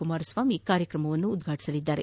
ಕುಮಾರಸ್ವಾಮಿ ಕಾರ್ಯಕ್ರಮವನ್ನು ಉದ್ವಾಟಿಸಲಿದ್ದಾರೆ